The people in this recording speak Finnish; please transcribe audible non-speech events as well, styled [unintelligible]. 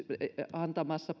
antamassa [unintelligible]